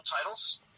titles